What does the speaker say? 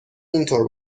اینطور